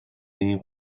این